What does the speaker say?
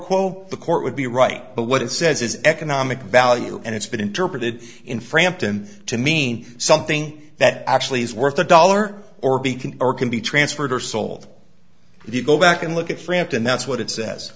quo the court would be right but what it says is economic value and it's been interpreted in frampton to mean something that actually is worth a dollar or b can or can be transferred or sold if you go back and look at france and that's what it says